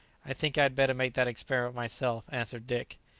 i think i had better make that experiment myself, answered dick.